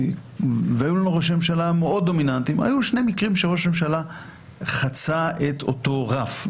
והיו לנו ראש ממשלה מאוד דומיננטיים חצה את אותו רף.